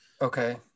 Okay